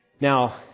Now